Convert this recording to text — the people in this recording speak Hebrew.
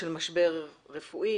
של משבר רפואי,